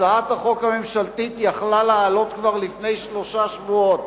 הצעת החוק הממשלתית היתה יכולה לעלות כבר לפני שלושה שבועות.